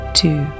two